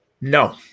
No